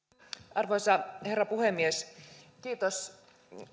arvoisa herra puhemies kiitos